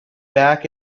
back